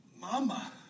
mama